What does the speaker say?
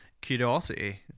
curiosity